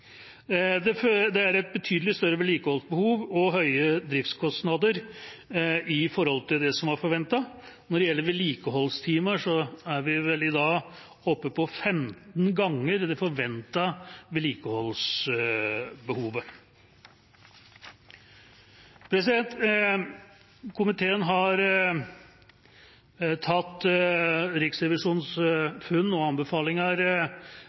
Det er et betydelig større vedlikeholdsbehov og høye driftskostnader i forhold til det som var forventet. Når det gjelder vedlikeholdstimer, er vi vel i dag oppe på 15 ganger det forventede vedlikeholdsbehovet. Komiteen har tatt Riksrevisjonens funn og anbefalinger